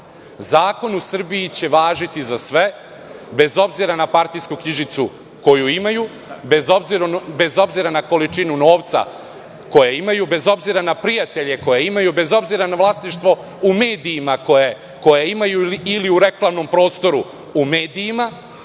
Zakoni u Srbiji će važiti za sve, bez obzira na partijsku knjižicu koju imaju, bez obzira na količinu novca koju imaju, bez obzira na prijatelje koje imaju, bez obzira na vlasništvo u medijima koje imaju ili u reklamnom prostoru u medijima